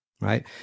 right